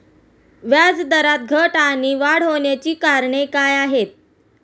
व्याजदरात घट आणि वाढ होण्याची कारणे काय आहेत?